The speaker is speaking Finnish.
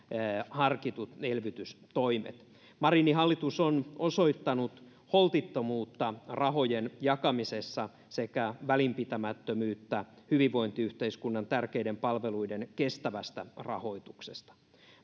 harkitut elvytystoimet marinin hallitus on osoittanut holtittomuutta rahojen jakamisessa sekä välinpitämättömyyttä hyvinvointiyhteiskunnan tärkeiden palveluiden kestävästä rahoituksesta